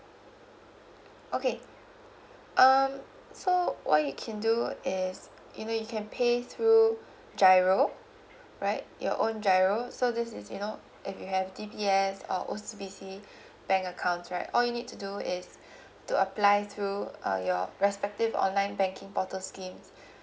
okay um so what you can do is you know you can pay through giro right your own giro so this is you know if you have D_B_S or O_C_B_C bank accounts right all you need to do is to apply through uh your respective online banking portals scheme